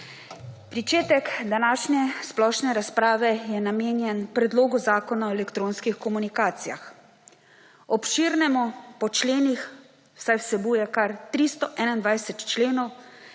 Pričetek današnje splošne razprave je namenjen Predlogu zakona o elektronskih komunikacijah. V obširni po členih, saj vsebuje kar 321 členov,